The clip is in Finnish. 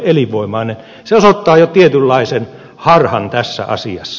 se osoittaa jo tietynlaisen harhan tässä asiassa